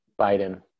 Biden